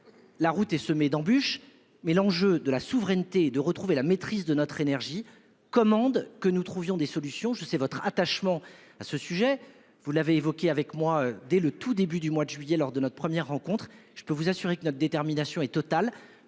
La route est semée d'embûches. Mais l'enjeu de la souveraineté de retrouver la maîtrise de notre énergie commande que nous trouvions des solutions, je sais votre attachement à ce sujet, vous l'avez évoqué avec moi dès le tout début du mois de juillet lors de notre première rencontre. Je peux vous assurer que notre détermination est totale